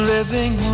Living